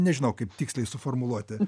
nežinau kaip tiksliai suformuluoti